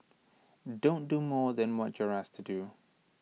don't do more than what you're asked to do